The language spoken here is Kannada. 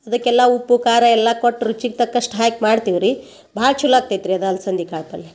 ಅದಕ್ಕೆಲ್ಲ ಉಪ್ಪು ಖಾರ ಎಲ್ಲಾ ಕೊಟ್ಟು ರುಚಿಗೆ ತಕ್ಕಷ್ಟು ಹಾಕ್ ಮಾಡ್ತೀವಿ ರೀ ಭಾಳ ಚಲೋ ಆಗ್ತೈತ್ರಿ ಅದು ಅಲ್ಸಂದೆ ಕಾಳು ಪಲ್ಲೆ